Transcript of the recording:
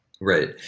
right